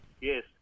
Yes